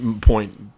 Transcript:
Point